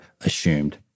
assumed